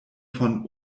von